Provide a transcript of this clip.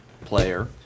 player